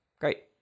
Great